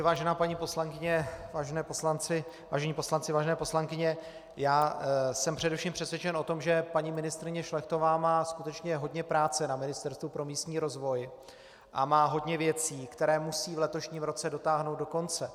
Vážená paní poslankyně, vážení poslanci, vážené poslankyně, já jsem především přesvědčen o tom, že paní ministryně Šlechtová má skutečně hodně práce na Ministerstvu pro místní rozvoj a má hodně věcí, které musí v letošním roce dotáhnout do konce.